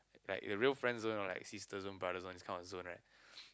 like the real friend zone like sister zone brother zone this kind of zone right